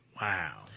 wow